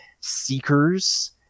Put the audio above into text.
seekers